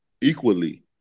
equally